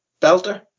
belter